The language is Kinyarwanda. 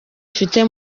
ufite